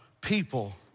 People